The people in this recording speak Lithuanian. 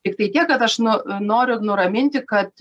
tiktai tiek kad aš nu noriu noriu nuraminti kad